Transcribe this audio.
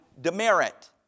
demerit